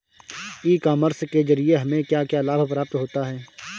E commerce के ज़रिए हमें क्या क्या लाभ प्राप्त होता है?